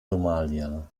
somalia